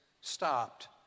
stopped